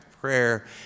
prayer